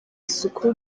isuku